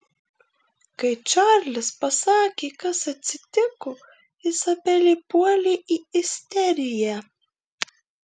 kai čarlis pasakė kas atsitiko izabelė puolė į isteriją